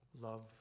love